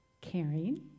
caring